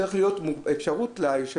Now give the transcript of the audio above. צריכה להיות אפשרות ליושב-ראש להגביל אותם.